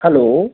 hello